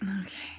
Okay